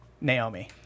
Naomi